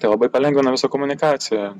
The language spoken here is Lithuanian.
tai labai palengvina visą komunikaciją